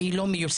והיא לא מיושמת.